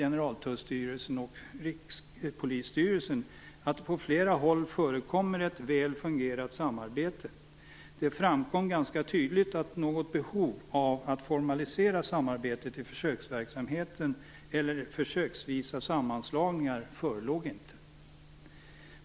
Generaltullstyrelsen och Rikspolisstyrelsen framkom att det på flera håll förekommer ett väl fungerande samarbete. Det framkom ganska tydligt att något behov av att formalisera samarbetet i försöksverksamheter eller försöksvisa sammanslagningar inte förelåg.